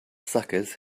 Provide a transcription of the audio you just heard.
suckers